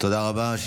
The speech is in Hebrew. תודה רבה.